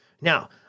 Now